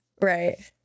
Right